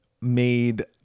made